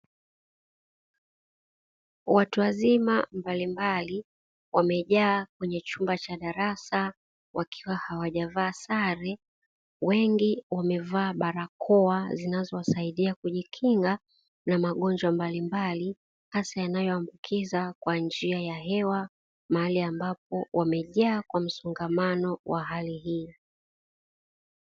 Watu wazima mbalimbali wamejaa kwenye chumba cha darasa wakiwa hawajavaa sare wengi wamevaa barakoa zinazowasaidia kujikinga na magonjwa mbalimbali, hasa yanayoambukiza kwa njia ya hewa mahali ambapo wamejaa kwa msongamano wa hali hii.